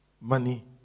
Money